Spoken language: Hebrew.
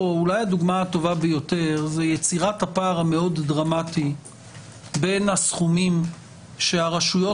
אולי הדוגמה הטובה ביותר זה יצירת הפער המאוד דרמטי בין הסכומים שהרשויות